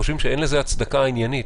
וחושבים שאין לזה הצדקה עניינית.